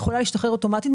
יכולה להשתחרר אוטומטית,